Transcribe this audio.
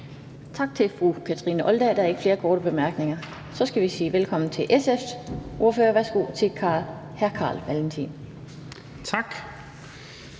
Tak til fru Kathrine Olldag. Der er ikke flere korte bemærkninger. Så skal vi sige velkommen til SF's ordfører. Værsgo til hr. Carl Valentin. Kl.